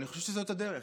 אני חושב שזאת הדרך,